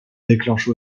déclenche